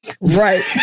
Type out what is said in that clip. Right